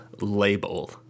label